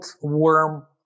warm